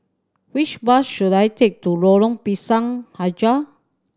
which bus should I take to Lorong Pisang Hijau